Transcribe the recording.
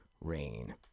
Rain